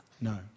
No